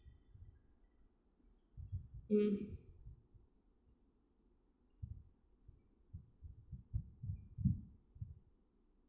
mm